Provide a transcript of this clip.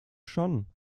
schon